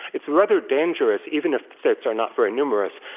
it's rather dangerous even if the states are not very numerous.